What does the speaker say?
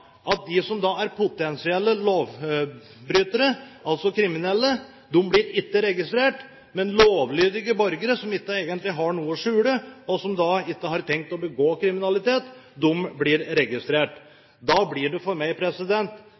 at de som da er potensielle lovbrytere – altså kriminelle – blir ikke registrert, men lovlydige borgere som egentlig ikke har noe å skjule, og som ikke har tenkt å begå kriminalitet, blir registrert. Da blir det for meg